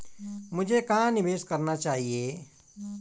मुझे कहां निवेश करना चाहिए?